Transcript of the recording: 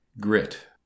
GRIT